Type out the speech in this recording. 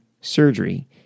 surgery